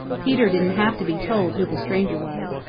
peter didn't have to be told who the stranger was.